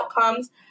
outcomes